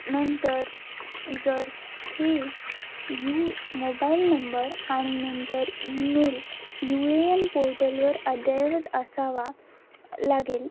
नंतर जर हे यू मोबाईल नंबर आणि नंतर ईमेल यू ए यन पोर्टलवर अद्ययावत असावा लागेल